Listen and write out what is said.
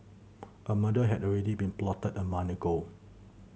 a murder had already been plotted a month ago